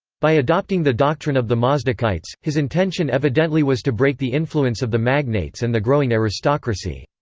by adopting the doctrine of the mazdakites, his intention evidently was to break the influence of the magnates and the growing aristocracy.